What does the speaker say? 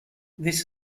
this